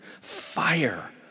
Fire